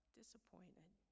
disappointed